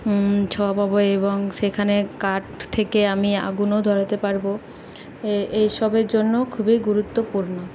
ছায়া পাবো এবং সেখানে কাঠ থেকে আমি আগুনও ধরাতে পারবো এ এসবের জন্য খুবই গুরুত্বপূর্ণ